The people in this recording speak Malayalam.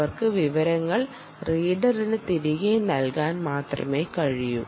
അവർക്ക് വിവരങ്ങൾ റീഡറിന് തിരികെ നൽകാൻ മാത്രമേ കഴിയൂ